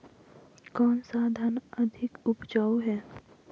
कौन सा धान अधिक उपजाऊ है?